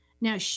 Now